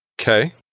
Okay